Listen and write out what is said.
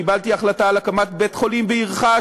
קיבלתי החלטה על הקמת בית-חולים בעירך,